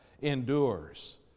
endures